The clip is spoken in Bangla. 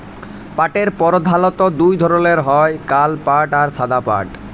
পাটের পরধালত দু ধরলের হ্যয় কাল পাট আর সাদা পাট